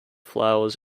flowers